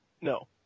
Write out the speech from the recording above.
no